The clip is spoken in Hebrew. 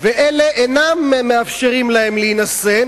ואלה אינם מאפשרים להם להינשא,